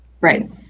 Right